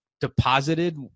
deposited